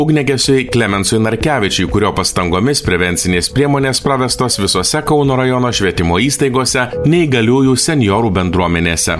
ugniagesiui klemensui narkevičiui kurio pastangomis prevencinės priemonės pravestos visose kauno rajono švietimo įstaigose neįgaliųjų senjorų bendruomenėse